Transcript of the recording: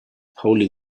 holy